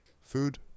Food